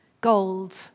gold